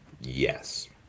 Yes